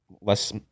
Less